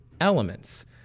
elements